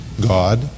God